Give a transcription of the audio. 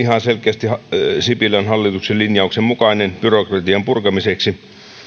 ihan selkeästi sipilän hallituksen linjauksen mukainen byrokratian purkamiseksi